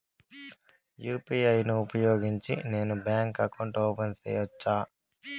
UPI ను ఉపయోగించి నేను బ్యాంకు అకౌంట్ ఓపెన్ సేయొచ్చా?